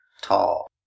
tall